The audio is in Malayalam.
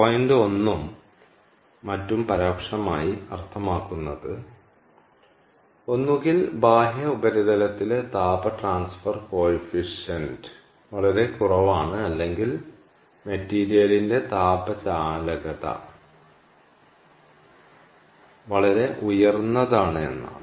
പോയിന്റ് 1 ഉം മറ്റും പരോക്ഷമായി അർത്ഥമാക്കുന്നത് ഒന്നുകിൽ ബാഹ്യ ഉപരിതലത്തിലെ താപ ട്രാൻസ്ഫർ കോഫിഫിഷ്യന്റ് വളരെ കുറവാണ് അല്ലെങ്കിൽ മെറ്റീരിയലിന്റെ താപ ചാലകത വളരെ ഉയർന്നതാണ് എന്നാണ്